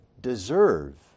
deserve